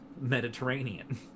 Mediterranean